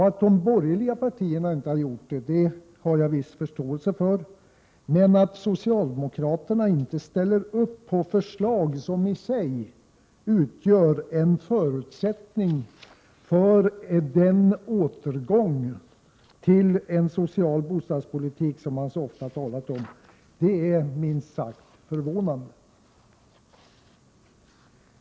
Att de borgerliga partierna inte har gjort det har jag viss förståelse för, men att socialdemokraterna inte ställer upp på förslag, som i sig utgör en förutsättning för den återgång till en social bostadspolitik, som man så ofta talar om, är minst sagt förvånande.